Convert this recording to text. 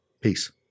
Peace